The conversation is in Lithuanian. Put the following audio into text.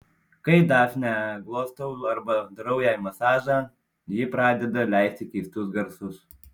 kai dafnę glostau arba darau jai masažą ji pradeda leisti keistus garsus